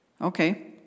Okay